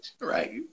right